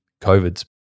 covid's